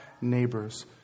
neighbors